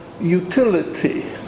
utility